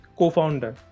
co-founder